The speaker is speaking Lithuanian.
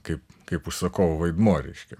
kaip kaip užsakovų vaidmuo reiškia